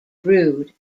brewed